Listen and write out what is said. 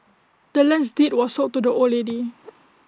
the land's deed was sold to the old lady